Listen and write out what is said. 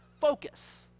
focus